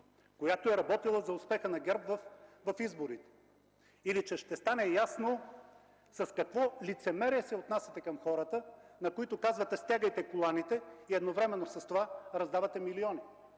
която е работила за успеха на ГЕРБ в изборите, или че ще стане ясно с какво лицемерие се отнасяте към хората, на които казвате: „Стягайте коланите!”, а едновременно с това раздавате милиони?